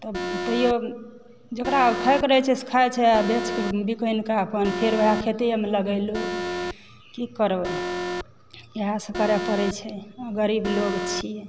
तहियो जेकरा खाइके रहय छै से खाइत छै बेचके बिकनिकऽ फेर अपन वएह खेतेमे लगेलूँ की करबै इएहसभ करय पड़ैत छै गरीब लोग छी